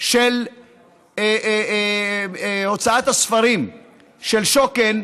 של הוצאת הספרים של שוקן,